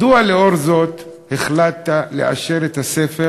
שאלתי: מדוע לאור זאת החלטת לאשר את הספר